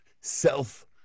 self